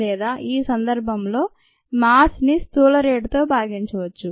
లేదా ఈ సందర్భంలో మాస్ ని స్థూల రేటుతో భాగించవచ్చు